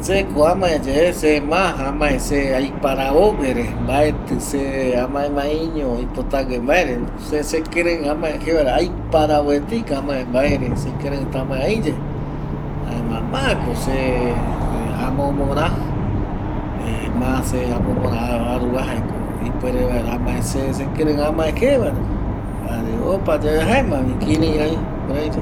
Seko amaeyae amae se ma aiparavo guere, mbaetɨ se amaemaeiño oiptague mbaereno se sekɨrei amae jevaere aiparavo eteiko amae amae mbaere sekɨreta amae ai yae jaema mako se amomora ma se amomora aruva jaeko ipere vaera amae se sekɨreɨ amae jevare jare opayave jaema jare opayave jaemavi kiri ai jukuraiko